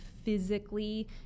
physically